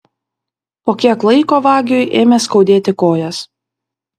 po kiek laiko vagiui ėmė skaudėti kojas